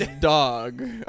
dog